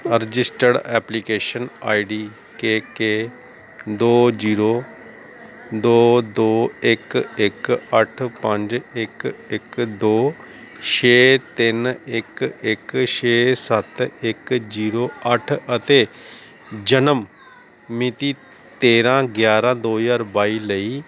registered application I D K K ਦੋ zero ਦੋ ਦੋ ਇੱਕ ਇੱਕ ਅੱਠ ਪੰਜ ਇੱਕ ਇੱਕ ਦੋ ਛੇ ਤਿੰਨ ਇੱਕ ਇੱਕ ਛੇ ਸੱਤ ਇੱਕ ਜ਼ੀਰੋ ਅੱਠ ਅਤੇ ਜਨਮ ਮਿਤੀ ਤੇਰ੍ਹਾਂ ਗਿਆਰ੍ਹਾਂ ਦੋ ਹਜ਼ਾਰ ਬਾਈ ਲਈ